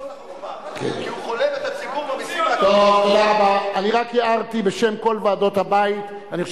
לא למנוע תחרות, אלא להבטיח תחרות, להבטיח